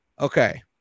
Okay